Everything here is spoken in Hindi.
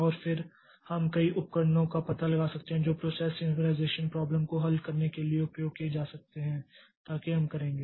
और फिर हम कई उपकरणों का पता लगाते हैं जो प्रोसेस सिंकरनाइज़ेशन प्राब्लम को हल करने के लिए उपयोग किए जाते हैं ताकि हम करेंगे